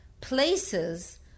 places